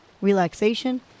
relaxation